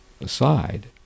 aside